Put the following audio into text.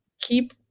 keep